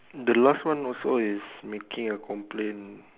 the last one also is making a complaint